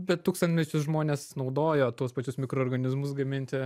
bet tūkstantmečius žmonės naudojo tuos pačius mikroorganizmus gaminti